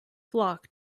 flock